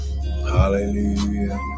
Hallelujah